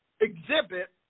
exhibit